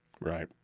Right